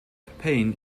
pain